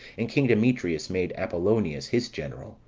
and king demetrius made apollonius his general,